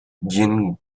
jean